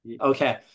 Okay